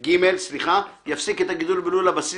-- "(ג)" סליחה "יפסיק את הגידול בלול הבסיס,